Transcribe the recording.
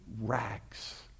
rags